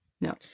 No